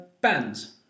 Bands